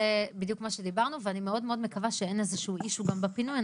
זה בדיוק מה שדיברנו ואני מאוד מאוד מקווה שאיזשהו issue גם בפינוי,